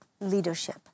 leadership